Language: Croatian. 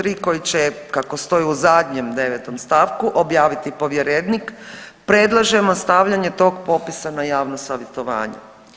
3 koji će, kako stoji u zadnjem, 9. st. objaviti povjerenik, predlažemo stavljanje tog popisa na javno savjetovanje.